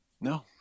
No